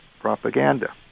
Propaganda